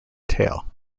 tail